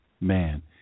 man